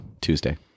Tuesday